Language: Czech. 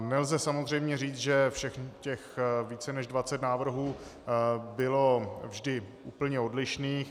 Nelze samozřejmě říct, že všech těch více než dvacet návrhů bylo vždy úplně odlišných.